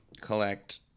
collect